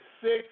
six